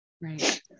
Right